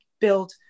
build